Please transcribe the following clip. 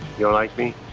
yeah like me?